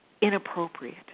inappropriate